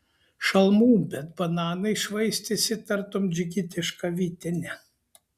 šalmų bet bananais švaistėsi tartum džigitiška vytine